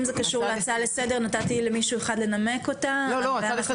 אם זה קשור להצעה לסדר נתתי למישהו אחד לנמק אותה ואנחנו רוצים להמשיך.